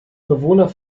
bewohner